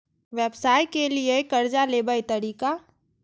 व्यवसाय के लियै कर्जा लेबे तरीका?